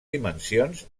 dimensions